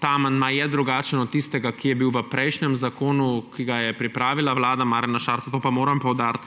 Ta amandma je drugačen od tistega, ki je bil v prejšnjem zakonu, ki ga je pripravila vlada Marjana Šarca. To pa moram poudariti,